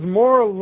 more